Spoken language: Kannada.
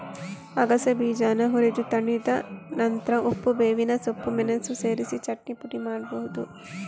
ಅಗಸೆ ಬೀಜಾನ ಹುರಿದು ತಣಿದ ನಂತ್ರ ಉಪ್ಪು, ಬೇವಿನ ಸೊಪ್ಪು, ಮೆಣಸು ಸೇರಿಸಿ ಚಟ್ನಿ ಪುಡಿ ಮಾಡ್ಬಹುದು